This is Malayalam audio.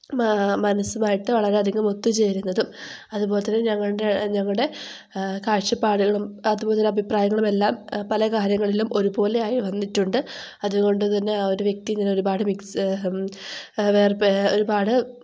മനസ്സുമായിട്ട് വളരെയധികം ഒത്തുചേരുന്നതും അതുപോലെതന്നെ ഞങ്ങളുടെ ഞങ്ങളുടെ കാഴ്ച്ചപ്പാടുകളും അതുപോലെതന്നെ അഭിപ്രായങ്ങളും എല്ലാം പലകാര്യങ്ങളിലും ഒരുപോലെയായി വന്നിട്ടുണ്ട് അതുകൊണ്ടുതന്നെ ആ ഒരു വ്യക്തി ഞാൻ ഒരുപാട് ഒരുപാട്